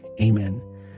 Amen